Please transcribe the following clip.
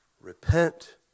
Repent